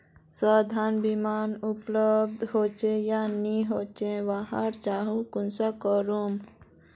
स्वास्थ्य बीमा उपलब्ध होचे या नी होचे वहार जाँच कुंसम करे करूम?